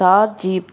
Thar jeep